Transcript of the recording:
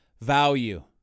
value